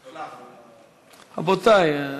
רבותי,